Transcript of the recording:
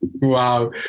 wow